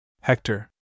Hector